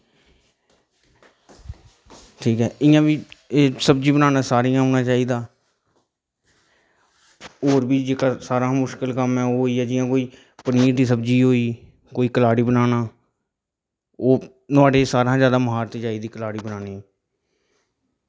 ठीक एह् इंया बी सब्ज़ी बनाना सारें गी औना चाहिदा होर बी जेह्का सारें कशा मुश्कल कम्म होइया ओह् ऐ पनीर दी सब्ज़ी होई कोई कलाड़ी बनाना ओह् नुहाड़े चत सारें कशा म्हारत चाहिदी कलाड़ी बनाने च